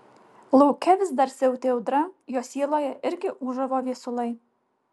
lauke vis dar siautė audra jo sieloje irgi ūžavo viesulai